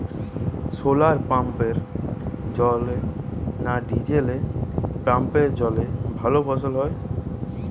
শোলার পাম্পের জলে না ডিজেল পাম্পের জলে ভালো ফসল হয়?